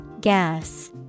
Gas